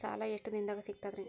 ಸಾಲಾ ಎಷ್ಟ ದಿಂನದಾಗ ಸಿಗ್ತದ್ರಿ?